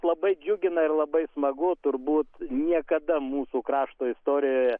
labai džiugina ir labai smagu turbūt niekada mūsų krašto istorijoje